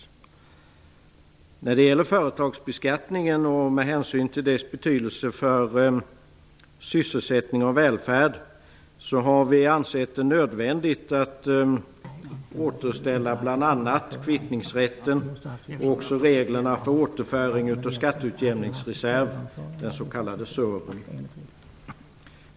Men med hänsyn till företagsbeskattningens betydelse för sysselsättning och välfärd har vi ansett det nödvändigt att återställa bl.a. kvittningsrätten och reglerna för återföring av skatteutjämningsreserv, den s.k. SURV:en.